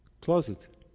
closet